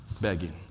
begging